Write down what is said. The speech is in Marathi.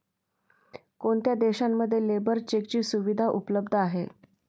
कोणत्या देशांमध्ये लेबर चेकची सुविधा उपलब्ध आहे?